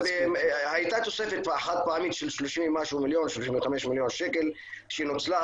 הייתה תוספת חד פעמית של 35 מיליון שקל שנוצלה,